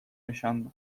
yaşandı